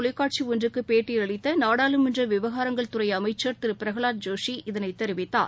தொலைக்காட்சிஒன்றுக்குபேட்டியளித்தநாடாளுமன்றவிவகாரங்கள் தனியார் துறைஅமைச்சர் திருபிரகலாத்ஜோஷி இதனைத் தெரிவித்தார்